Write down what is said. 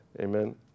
Amen